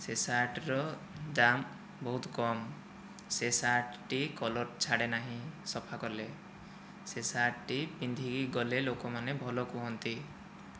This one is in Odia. ସେ ସାର୍ଟର ଦାମ ବହୁତ କମ ସେ ସାର୍ଟଟି କଲର୍ ଛାଡ଼େ ନାହିଁ ସଫା କଲେ ସେ ସେ ସାର୍ଟଟି ପିନ୍ଧିକି ଗଲେ ଲୋକମାନେ ଭଲ କୁହନ୍ତି